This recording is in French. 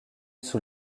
sous